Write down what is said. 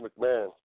McMahon